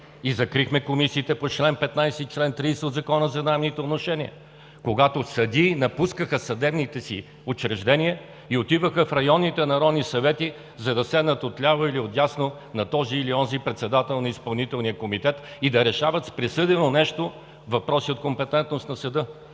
и закрихме комисиите по чл. 15 и чл. 30 от Закона за наемните отношения, когато съдии напускаха съдебните си учреждения и отиваха в районните народни съвети, за да седнат отляво или отдясно на този или онзи председател на Изпълнителния комитет и да решават с присъдено нещо въпроси от компетентност на съда.